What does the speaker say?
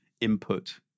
input